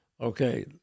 Okay